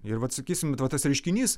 ir vat sakysim vat va tas reiškinys